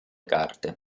carte